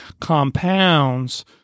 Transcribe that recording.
compounds